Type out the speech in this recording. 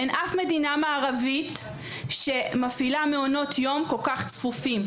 אין אף מדינה מערבית שמפעילה מעונות יום כל כך צפופים.